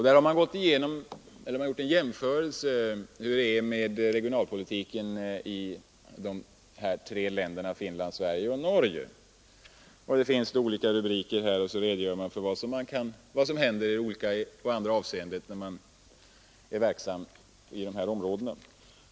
Där har man jämfört regionalpolitiken i de tre länderna Finland, Sverige och Norge. Under olika rubriker redogör man för vad som händer i ena eller andra avseendet när man är verksam i respektive länder.